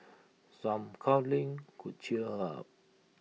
some cuddling could cheer her up